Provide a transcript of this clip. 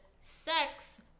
sex